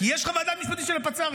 כי יש חוות דעת משפטית של הפצ"רית.